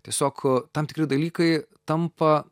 tiesiog tam tikri dalykai tampa